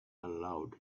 allowed